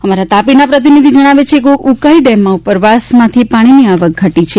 અમારા તાપીના પ્રતિનિધિ જણાવે છે કે ઉકાઇ ડેમમાં ઉપરવાસ માંથી પાણીની આવક ઘટી છે